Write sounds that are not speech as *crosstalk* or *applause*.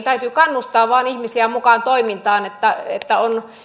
*unintelligible* täytyy vain kannustaa ihmisiä mukaan toimintaan että että on